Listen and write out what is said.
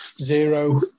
zero